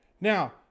Now